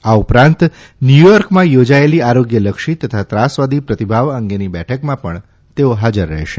આ ઉપરાંત ન્યૂચોર્કમાં થોજાયેલી આરોગ્યલક્ષી તથા ત્રાસવાદી પ્રતિભાવ અંગેની બેઠકમાં પણ તેઓ હાજર રહેશે